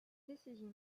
décision